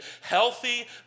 healthy